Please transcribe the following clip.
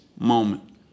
moment